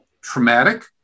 traumatic